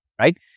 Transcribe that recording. right